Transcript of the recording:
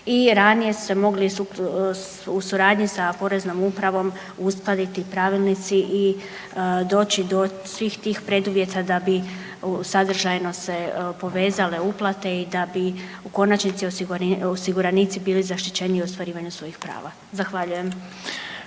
i ranije su se mogli u suradnji sa poreznom upravom uskladiti pravilnici i doći svih tih preduvjeta da bi sadržajno se povezale uplate i da bi u konačnici osiguranici bili zaštićeniji u ostvarivanju svojih prava. Zahvaljujem.